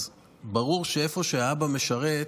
אז ברור שאיפה שהאבא משרת,